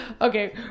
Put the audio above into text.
Okay